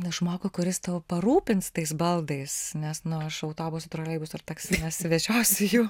na žmogų kuris tau parūpins tais baldais nes nu aš autobusu troleibusu ar taksi nesivežiosiu jų